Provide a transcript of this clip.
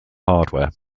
hardware